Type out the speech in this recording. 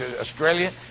Australia